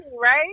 right